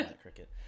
cricket